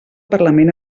parlament